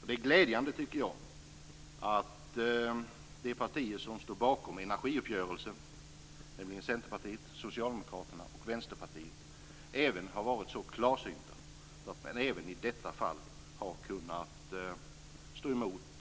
Jag tycker att det är glädjande att de partier som står bakom energiuppgörelsen - Centerpartiet, Socialdemokraterna och Vänsterpartiet - har varit så klarsynta att de även i detta fall har kunnat stå emot